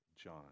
John